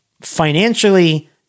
financially